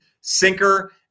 sinker